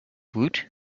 woot